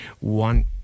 one